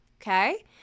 okay